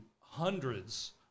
hundreds